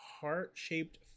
heart-shaped